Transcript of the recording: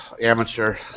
amateur